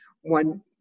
one